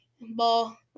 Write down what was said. Ball